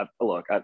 Look